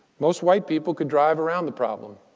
most white people could drive around the problem.